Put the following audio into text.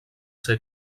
ser